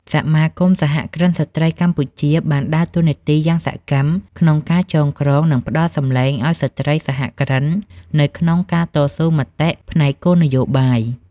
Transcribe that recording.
សមាគមសហគ្រិនស្រ្តីកម្ពុជា បានដើរតួនាទីយ៉ាងសកម្មក្នុងការចងក្រង និងផ្ដល់សំឡេងឱ្យស្ត្រីសហគ្រិននៅក្នុងការតស៊ូមតិផ្នែកគោលនយោបាយ។